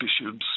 bishops